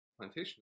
plantation